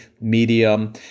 medium